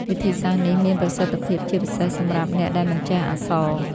វិធីសាស្ត្រនេះមានប្រសិទ្ធភាពជាពិសេសសម្រាប់អ្នកដែលមិនចេះអក្សរ ។